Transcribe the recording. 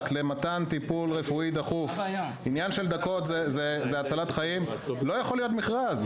לקבלת טיפול רפואי דחוף עניין של דקות זה הצלת חיים ולא יכול להיות מכרז.